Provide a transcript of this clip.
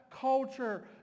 culture